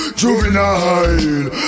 juvenile